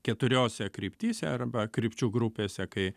keturiose kryptyse arba krypčių grupėse kai